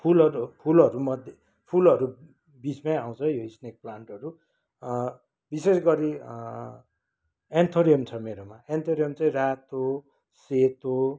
फुलहरू फुलहरूमध्ये फुलहरू बिचमा आउँछ यो स्नेक प्लान्टहरू विशेष गरी एन्थोरियम छ मेरोमा एन्थोरियम चाहिँ रातो सेतो